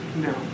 No